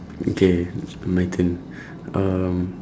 okay it's my turn um